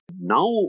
now